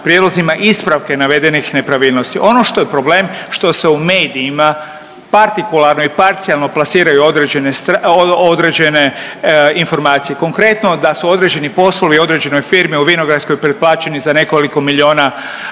prijedlozima ispravke navedenih nepravilnosti. Ono što je problem što se u medijima partikularno i parcijalno plasiraju određene, određene informacije. Konkretno da su određeni poslovi određenoj firmi u Vinogradskoj pretplaćeni za nekoliko miliona